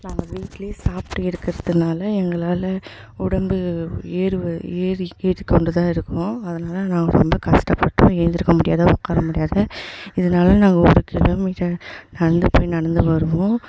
நாங்கள் வீட்லேயே சாப்டுட்டே இருக்கிறதுனால எங்களால் உடம்பு ஏர்வு ஏறி ஏறிக்கொண்டு தான் இருக்கும் அதனால் நாங்கள் ரொம்ப கஷ்டப்பட்டோம் எழுந்திரிக்க முடியாது உக்கார முடியாது இதனாலே நாங்கள் ஒரு கிலோமீட்டர் நடந்து போய் நடத்து வருவோம்